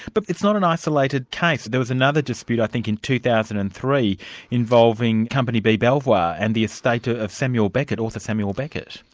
but it's not an isolated case. there was another dispute i think in two thousand and three involving company b belvoir and the estate ah of samuel beckett, author samuel beckett.